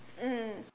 mm